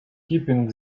keeping